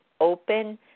open